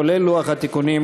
כולל לוח התיקונים,